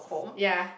ya